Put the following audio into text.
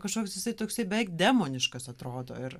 kažkoks jisai toksai beveik demoniškas atrodo ir